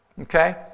okay